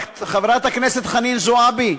אתה לא יוצא נגד, חברת הכנסת חנין זועבי,